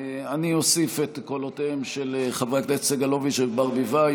אני אוסיף את קולותיהם של חברי הכנסת סגלוביץ' וברביבאי,